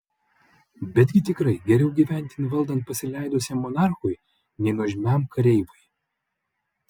betgi tikrai geriau gyventi valdant pasileidusiam monarchui nei nuožmiam kareivai